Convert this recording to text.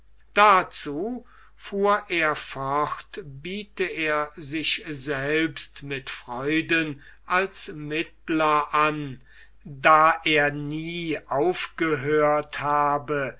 dazu fuhr er fort biete er sich selbst mit freuden als mittler an da er nie aufgehört habe